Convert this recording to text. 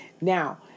Now